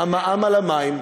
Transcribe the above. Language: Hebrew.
המע"מ על המים.